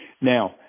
Now